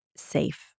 Safe